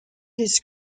his